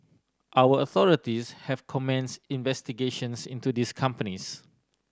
our authorities have commenced investigations into these companies